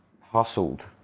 hustled